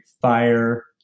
fire